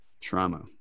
trauma